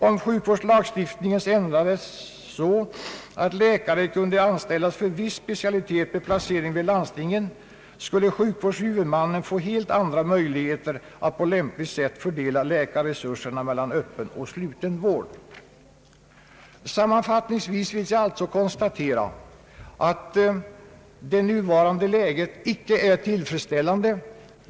Om sjukvårdslagstiftningen ändrades så, att läkare kunde anställas för viss specialitet med placering vid landstingen, skulle sjukvårdshuvudmannen få helt andra möjligheter att på lämpligt sätt fördela läkarresurserna mellan öppen och sluten vård. Sammanfattningsvis vill jag alltså konstatera att nuvarande läge icke är tillfredsställande.